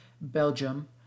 Belgium